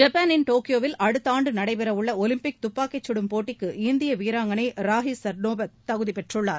ஜப்பானின் டோக்கியோவில் அடுத்த ஆண்டு நடைபெறவுள்ள ஒலிம்பிக் துப்பாக்கிச் சுடும் போட்டிக்கு இந்திய வீராங்கனை ராஹி சர்னோபத் தகுதி பெற்றுள்ளார்